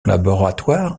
laboratoire